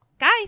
guys